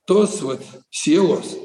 tos vat sielos